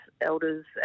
elders